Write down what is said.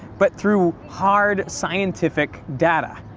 but through hard scientific data.